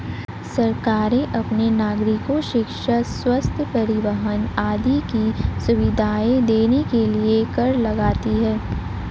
सरकारें अपने नागरिको शिक्षा, स्वस्थ्य, परिवहन आदि की सुविधाएं देने के लिए कर लगाती हैं